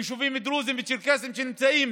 יישובים דרוזיים וצ'רקסיים שנמצאים